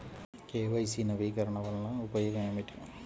KYC నవీకరణ వలన ఉపయోగం ఏమిటీ?